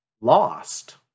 lost